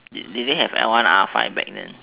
did they have L one R five back then